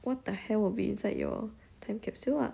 what the hell will be inside your time capsule ah